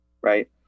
right